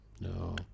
No